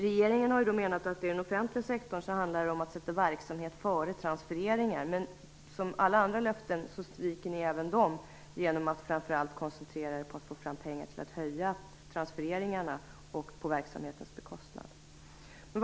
Regeringen har menat att det i den offentliga sektorn handlar om att sätta verksamhet före transfereringar, men som alla andra löften sviker ni även dem genom att framför allt koncentrera er på att få fram pengar till att höja transfereringarna på verksamhetens bekostnad.